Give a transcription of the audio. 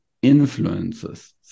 influences